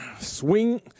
swing